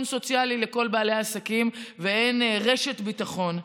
סוציאלי לכל בעלי העסקים ואין רשת ביטחון.